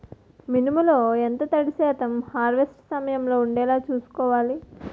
మినుములు లో ఎంత తడి శాతం హార్వెస్ట్ సమయంలో వుండేలా చుస్కోవాలి?